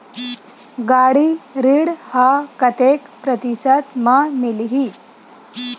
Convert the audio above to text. गाड़ी ऋण ह कतेक प्रतिशत म मिलही?